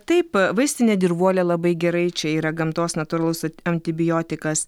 taip vaistinė dirvuolė labai gerai čia yra gamtos natūralus antibiotikas